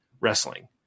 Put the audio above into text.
wrestling